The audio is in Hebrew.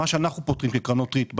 מה שאנחנו כקרנות ריט יודעים לעשות,